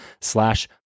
slash